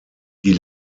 die